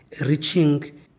reaching